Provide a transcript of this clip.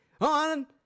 on